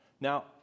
Now